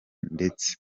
ndetse